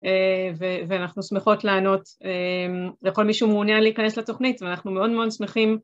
ואנחנו שמחות לענות לכל מי שמעוניין להיכנס לתוכנית ואנחנו מאוד מאוד שמחים.